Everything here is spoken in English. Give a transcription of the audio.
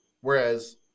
whereas